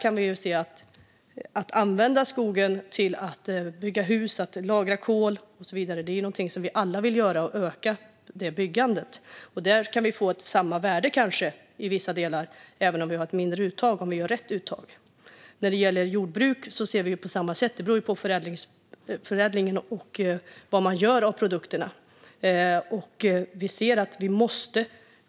Att använda skogen till att bygga hus, lagra kol och så vidare är någonting som vi alla vill göra, och vi vill öka den användningen. Där kan vi kanske i vissa delar få samma värde även om vi har ett mindre uttag - om vi gör rätt uttag. Miljöpartiet ser det på samma sätt när det gäller jordbruk: Det beror på förädlingen och vad man gör av produkterna.